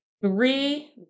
three